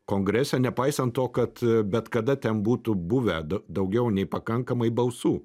kongrese nepaisant to kad bet kada ten būtų buvę daugiau nei pakankamai balsų